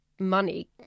Money